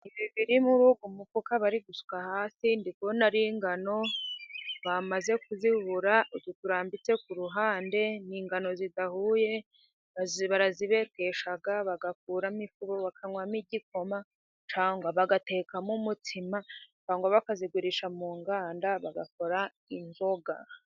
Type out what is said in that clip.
Uyu nguyu ni umufuka bari gusuka hasi ndi kubona ari ingano bamaze kuzihura, utu turambitse ku ruhande ni ingano zidahuye, barazibetesha bagakuramo bakanywamo igikoma cyangwa bagatekamo umutsima, cyangwa bakazigurisha mu nganda bagakora inzoga.